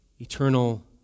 eternal